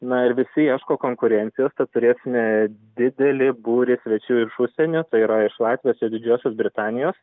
na ir visi ieško konkurencijos turėsime didelį būrį svečių iš užsienio tai yra iš latvijos ir didžiosios britanijos